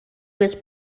was